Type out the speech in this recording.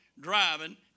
driving